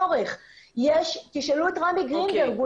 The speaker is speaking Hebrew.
תשאלו את רמי גרינברג.